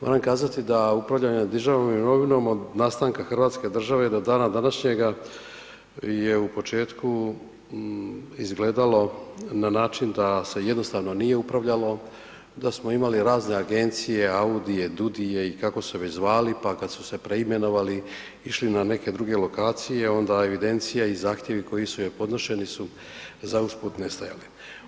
Moram kazati da upravljanje državnom imovinom od nastanka hrvatske države do dana današnjega je u početku izgledalo na način da se jednostavno nije upravljalo, da smo imali razne agencije, audije, DUDI-je i kako su se već zvali pa kad su se preimenovali, išli na neke druge lokacije, onda evidencija i zahtjevi koji su je podnošeni su za usput nestajali.